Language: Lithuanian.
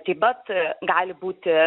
taip pat gali būti